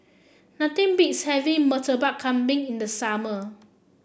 nothing beats having Murtabak Kambing in the summer